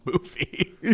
movie